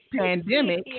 pandemic